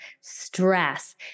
stress